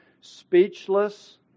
speechless